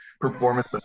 performance